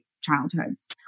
childhoods